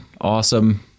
awesome